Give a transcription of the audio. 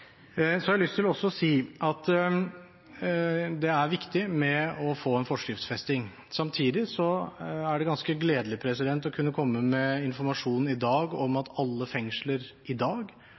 har også lyst til å si at det er viktig å få en forskriftsfesting. Samtidig er det ganske gledelig å kunne komme med informasjon i dag om at alle fengsler